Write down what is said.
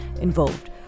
involved